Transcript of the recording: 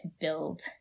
build